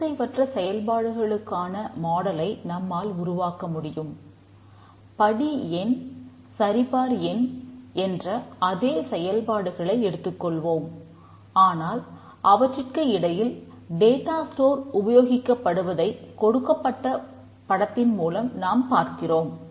ஒத்திசைவற்ற செயல்பாடுகளுக்கான மாடலை உபயோகிக்கப்படுவதை கொடுக்கப்பட்ட படத்தின் மூலம் நாம் பார்க்கிறோம்